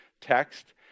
text